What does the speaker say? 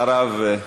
אחריו,